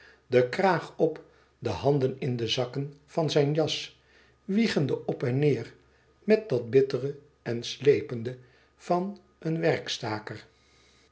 den kraag op de ongeschoeide handen in de zakken van zijn jas wiegende op en neêr met dat bittere en slepende van een